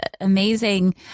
amazing